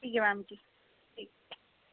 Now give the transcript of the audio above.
ठीक ऐ मैम जी ठीक ऐ